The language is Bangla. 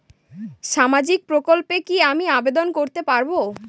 সামাজিক প্রকল্পে কি আমি আবেদন করতে পারবো?